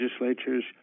legislatures